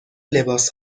لباس